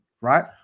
right